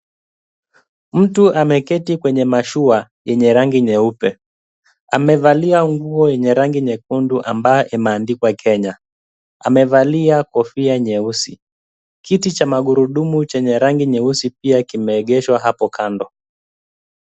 Mtu ameketi kwenye mashua yenye rangi nyeupe, amevalia nguo yenye rangi nyekundu ambayo imeandikwa Kenya, amevalia kofia nyeusi, kiti cha magurudumu chenye rangi nyeusi pia kimeegeshwa hapo kando.